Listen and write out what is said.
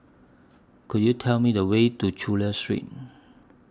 Could YOU Tell Me The Way to Chulia Street